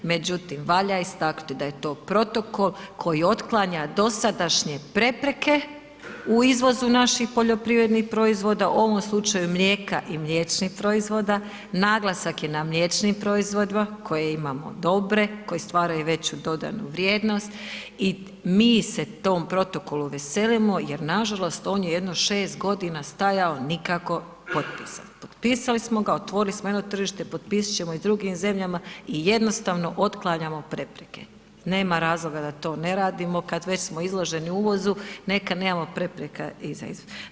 Međutim, valja istaknuti da je to protokol koji otklanja dosadašnje prepreke u izvozu naših poljoprivrednih proizvoda, u ovom slučaju mlijeka i mliječnih proizvoda, naglasak je na mliječnim proizvodima koje imamo dobre, koji stvaraju veću dodanu vrijednost i mi se tom protokolu veselimo jer nažalost on je jedno 6.g. stajao, nikako potpisat, potpisali smo ga, otvorili smo jedno tržište, potpisat ćemo i drugim zemljama i jednostavno otklanjamo prepreke, nema razloga da to ne radimo kad već smo izloženi uvozu, neka nemamo prepreka i za izvoz.